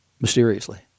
mysteriously